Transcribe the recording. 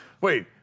Wait